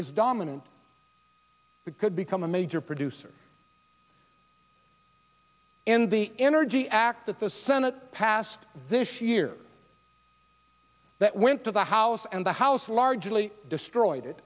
is dominant it could become a major producer in the energy act that the senate passed this year that went to the house and the house largely destroyed